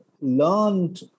learned